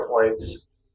points